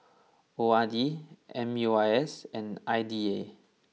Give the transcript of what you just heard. O R D M U I S and I D A